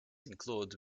include